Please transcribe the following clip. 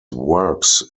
works